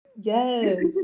Yes